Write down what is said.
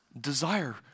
desire